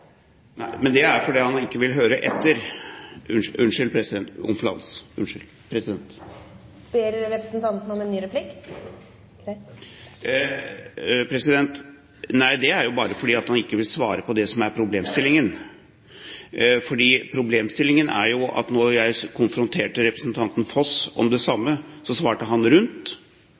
Nei, men det er jo fordi han ikke vil høre etter. Unnskyld, president. Ber representanten om en ny replikk? Ja, takk. Det er jo bare fordi han ikke vil svare på det som er problemstillingen. Da jeg konfronterte representanten Foss med det samme, så svarte han rundt,